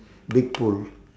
big pool